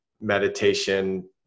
meditation